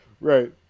right